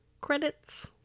credits